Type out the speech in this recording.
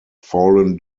fallen